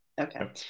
Okay